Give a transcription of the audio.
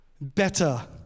better